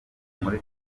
muri